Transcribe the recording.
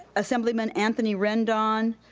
assemblyman anthony rendon,